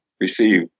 receive